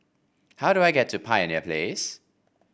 how do I get to Pioneer Place